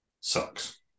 sucks